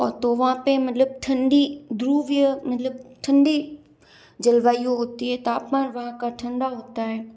और तो वहाँ पे मतलब ठंडी ध्रुवीय मतलब ठंडी जलवायु होती है तापमान वहाँ का ठंडा होता है